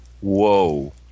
whoa